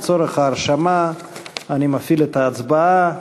לצורך ההרשמה אני מפעיל את ההצבעה.